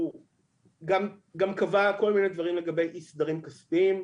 הוא גם קבע כל מיני דברים לגבי אי סדרים כספיים.